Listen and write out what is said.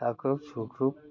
साख्रुब सुख्रुब